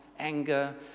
Anger